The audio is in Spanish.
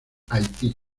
haití